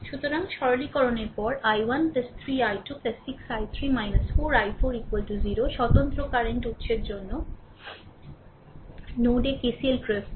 সুতরাং সরলকরণের পরে I1 3 I2 6 I3 4 i4 0 স্বতন্ত্র কারেন্ট উত্সের জন্য নোড এ KCL প্রয়োগ করুন